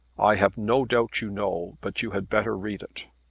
i have no doubt you know, but you had better read it.